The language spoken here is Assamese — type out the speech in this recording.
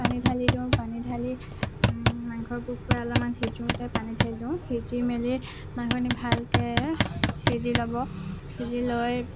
পানী ঢালি দিওঁ পানী ঢালি মাংসবোৰ পোৰা অলপমান সিজোঁতে পানী ঢালি দিওঁ সিজি মেলি মাংসখিনি ভালকৈ সিজি ল'ব সিজি লৈ